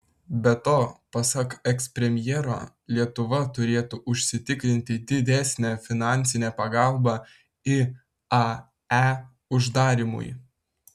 be to pasak ekspremjero lietuva turėtų užsitikrinti didesnę finansinę pagalbą iae uždarymui